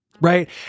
Right